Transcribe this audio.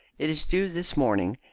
it is due this morning.